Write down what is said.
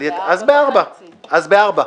אז ב-16:00.